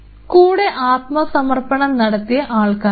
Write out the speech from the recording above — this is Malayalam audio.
കൂടെ ആത്മസമർപ്പണം നടത്തിയ ആൾക്കാരും